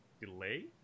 delay